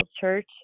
church